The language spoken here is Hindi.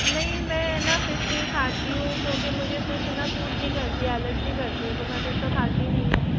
नहीं मैं ना फिश नहीं खाती हूँ क्योंकि मुझे फिश ना सूट नहीं करती एलर्जी करती है तो मैं फिश तो खाती नहीं हूँ